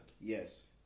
Yes